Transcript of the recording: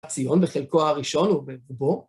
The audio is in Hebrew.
ציון בחלקו הראשון הוא בו.